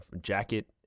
jacket